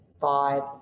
five